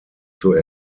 zur